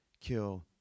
kill